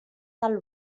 del